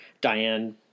diane